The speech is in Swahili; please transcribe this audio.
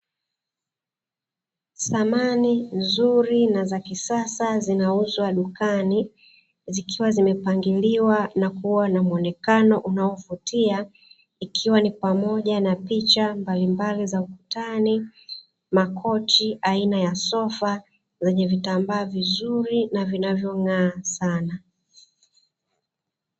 Samani nzuri na za kisasa zinauzwa dukani, zikiwa zimepangiliwa na kuwa na muonekano unaovutia, ikiwa ni pamoja na picha mbalimbali za ukutani, makochi aina ya sofa, yenye vitambaa vizuri na vinavyong'aa sana.